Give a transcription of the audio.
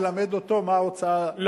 מלמד אותו מה הוצאה,